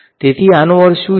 તેથી આનો અર્થ શું છે